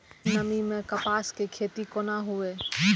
कम नमी मैं कपास के खेती कोना हुऐ?